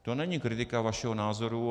To není kritika vašeho názoru.